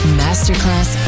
masterclass